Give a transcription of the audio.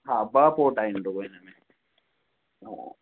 हा ॿ पोट आहिनि हिन में हा